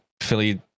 Philly